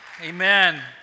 Amen